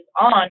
on